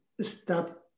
stop